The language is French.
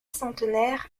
centenaire